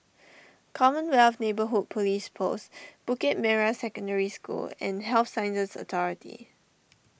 Commonwealth Neighbourhood Police Post Bukit Merah Secondary School and Health Sciences Authority